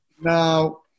Now